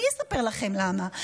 אני אספר לכם למה,